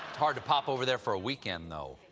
hard to pop over there for a weekend, though.